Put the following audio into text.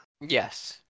yes